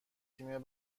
تیم